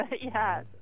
yes